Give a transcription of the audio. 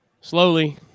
Slowly